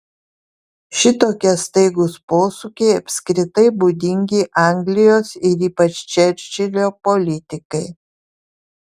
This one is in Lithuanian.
šitokie staigūs posūkiai apskritai būdingi anglijos ir ypač čerčilio politikai